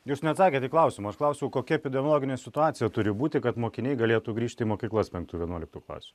jūs neatsakėt į klausimą aš klausiau kokia epidemiologinė situacija turi būti kad mokiniai galėtų grįžti į mokyklas penktų vienuoliktų klasių